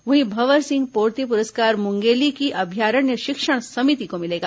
वहीं भंवर सिंह पोर्ते पुरस्कार मुंगेली की अभ्यारण्य शिक्षण समिति को मिलेगा